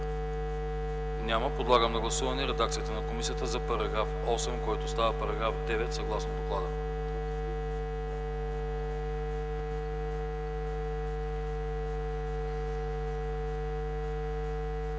Няма. Подлагам на гласуване редакцията на комисията за § 8, който става § 9 съгласно доклада.